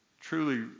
truly